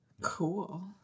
Cool